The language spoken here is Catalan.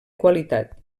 qualitat